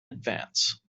advance